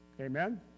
Amen